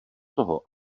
toho